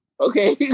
Okay